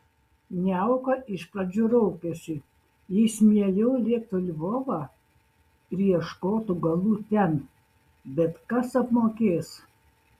niauka iš pradžių raukėsi jis mieliau lėktų į lvovą ir ieškotų galų ten bet kas apmokės